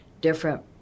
different